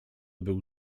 był